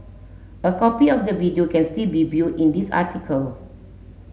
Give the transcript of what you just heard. a copy of the video can still be viewed in this article